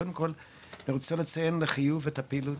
קודם כל אני רוצה לציין לחיוב את הפעילות